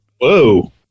Whoa